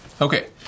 Okay